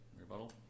rebuttal